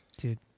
dude